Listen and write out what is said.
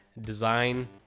design